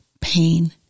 pain